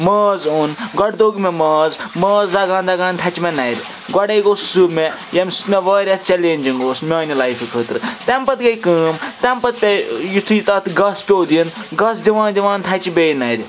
ماز اوٚن گۄڈٕ دوٚگ مےٚ ماز ماز دَگان دَگان تھَچہِ مےٚ نَرِ گۄڈے گوٚو سُہ مےٚ ییٚمہِ سۭتۍ مےٚ واریاہ چَلیٚنجِنٛگ اوس میٛانہِ لایفہِ خٲطرٕ تَمہِ پَتہٕ گٔے کٲم تَمہِ پَتہٕ پے یُتھُے تَتھ گس پیوٚو دِنۍ گسہٕ دِوان دِوان تھَچہِ بیٚیہِ نَرِ